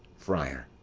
friar.